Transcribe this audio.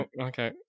Okay